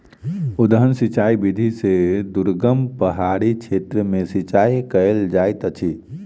उद्वहन सिचाई विधि से दुर्गम पहाड़ी क्षेत्र में सिचाई कयल जाइत अछि